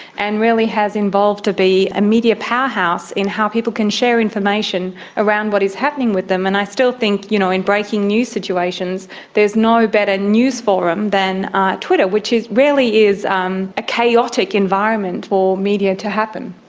and really has evolved to be a media powerhouse in how people can share information around what is happening with them. and i still think you know in breaking news situations there's no better news forum than twitter, which really is um a chaotic environment for media to happen.